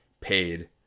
paid